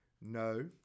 No